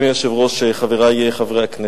אדוני היושב-ראש, חברי חברי הכנסת,